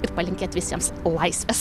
ir palinkėt visiems laisvės